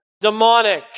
demonic